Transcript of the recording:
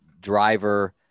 driver